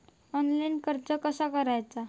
Online कर्ज कसा करायचा?